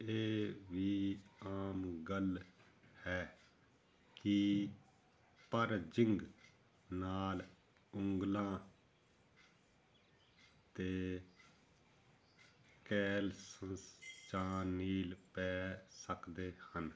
ਇਹ ਵੀ ਆਮ ਗੱਲ ਹੈ ਕਿ ਪਰਜਿੰਗ ਨਾਲ ਉਂਗਲਾਂ 'ਤੇ ਕੈਲਸਸ ਜਾਂ ਨੀਲ ਪੈ ਸਕਦੇ ਹਨ